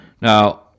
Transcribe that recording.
Now